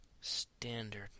Standard